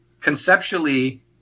conceptually